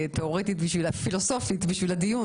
תאורטית בשביל הדיון,